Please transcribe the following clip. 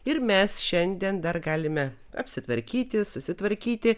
ir mes šiandien dar galime apsitvarkyti susitvarkyti